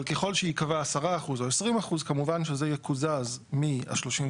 אבל ככל שייקבע 10% או 20% כמובן שזה יקוזז מה-35%.